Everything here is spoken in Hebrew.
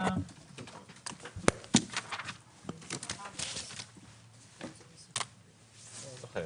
הישיבה ננעלה בשעה 14:10.